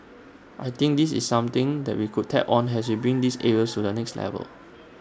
I think this is something that we could tap on as we bring these areas to the next level